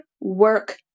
work